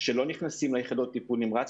שלא נכנסים ליחידות טיפול נמרץ,